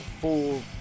full